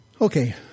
Okay